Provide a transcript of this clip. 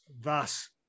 thus